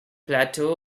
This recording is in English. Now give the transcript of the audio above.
plateau